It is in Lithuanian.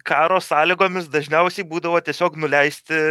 karo sąlygomis dažniausiai būdavo tiesiog nuleisti